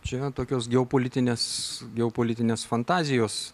čia eina tokios geopolitinės geopolitinės fantazijos